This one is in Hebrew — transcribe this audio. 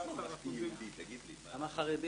19%. מה זה ממלכתי-יהודי?